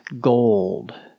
gold